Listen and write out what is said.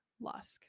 Lusk